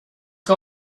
har